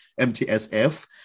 MTSF